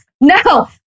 No